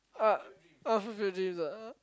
uh of refugees ah